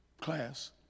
class